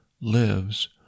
lives